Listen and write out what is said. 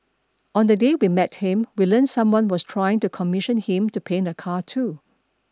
on the day we met him we learnt someone was trying to commission him to paint a car too